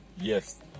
Yes